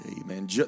Amen